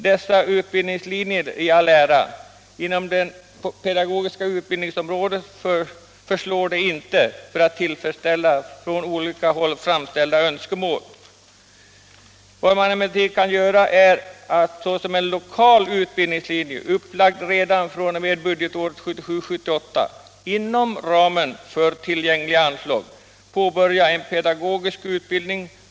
Dessa utbildningslinjer i all ära, men inom det pedagogiska utbildningsområdet förslår de inte för att tillfredsställa från olika håll framställda önskemål. Vad man emellertid kan göra är att såsom en lokal utbildningslinje, upplagd redan fr.o.m. budgetåret 1977/78 inom ramen för tillgängliga anslag, påbörja en pedagogisk utbildning.